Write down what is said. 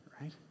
right